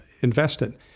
invested